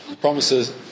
promises